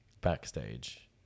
backstage